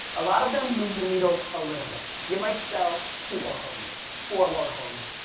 a lot of them move the needle a little bit, you might sell two more homes, four more homes.